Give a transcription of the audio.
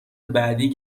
بعدی